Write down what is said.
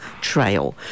Trail